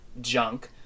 junk